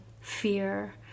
fear